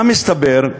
מה מסתבר?